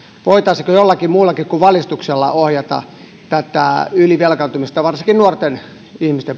voitaisiinko jollakin muullakin kuin valistuksella ohjata tätä ylivelkaantumista varsinkin nuorten ihmisten